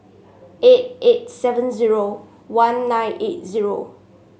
eight eight seven zero one nine eight zero